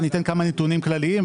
אני אתן כמה נתונים כלליים,